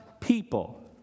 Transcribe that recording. people